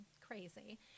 crazy